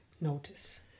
notice